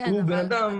הוא בן אדם -- כן,